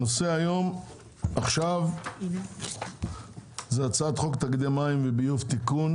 על סדר-היום: הצעת חוק תאגידי מים וביוב (תיקון